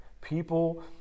People